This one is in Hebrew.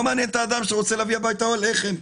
מעניין את האדם שרוצה להביא הביתה לחם,